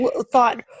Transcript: thought